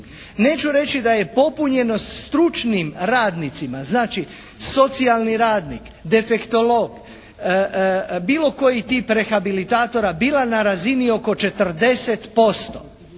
Neću reći da je popunjenost stručnim radnicima, znači socijalni radnik, defektolog, bilo koji tip rehabilitatora bila na razini oko 40%.